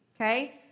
okay